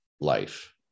life